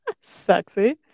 Sexy